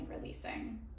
releasing